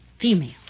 female